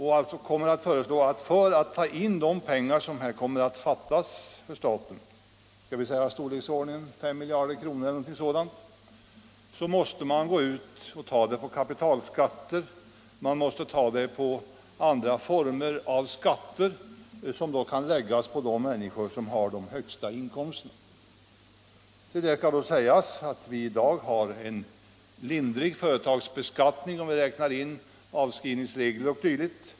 Hon föreslår att man för att ta in de pengar som här kommer att fattas för staten —- av storleken 5 miljarder kronor — måste tillgripa kapitalskatter och andra former av skatter, som då kan läggas på de människor som har de högsta inkomsterna. Vi har i dag en lindrig företagsbeskattning, om man räknar in avskrivningsregler o. d.